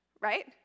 right